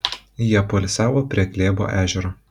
jie poilsiavo prie glėbo ežero